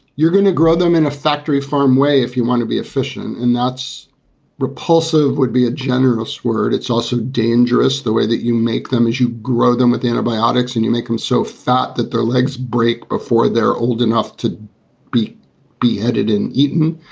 you're going to grow them in a factory farm way if you want to be efficient. and that's repulsive would be a generous word. it's also dangerous the way that you make them as you grow them with antibiotics and you make them so fat that their legs break before they're old enough to be beheaded and eaten.